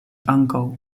ankaŭ